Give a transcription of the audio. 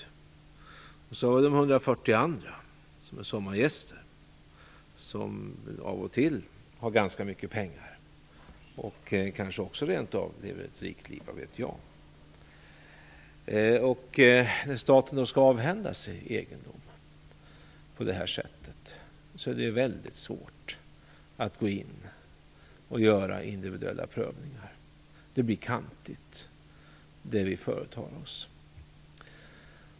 Sedan finns de 140 andra, som är sommargäster och som av och till har ganska mycket pengar. De kanske också lever ett rikt liv, vad vet jag. När staten skall avhända sig egendom på detta sätt är det väldigt svårt att gå in och göra individuella prövningar. Det blir kantigt, det vi företar oss.